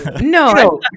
no